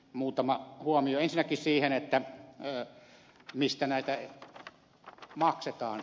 muutama huomio ensinnäkin siitä mistä näistä maksetaan